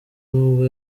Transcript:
nubwo